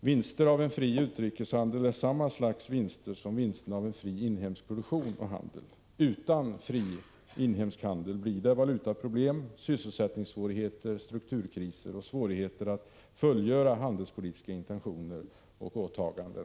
Vinster av en fri utrikeshandel är samma slags vinster som vinsterna av en fri inhemsk produktion och handel. Utan fri inhemsk handel blir det valutaproblem, sysselsättningssvårigheter, strukturkriser och svårigheter att fullgöra handelspolitiska intentioner och åtaganden.